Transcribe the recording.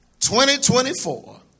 2024